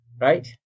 Right